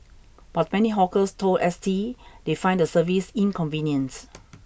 but many hawkers told S T they find the service inconvenient